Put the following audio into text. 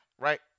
right